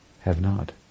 have-not